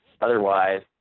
otherwise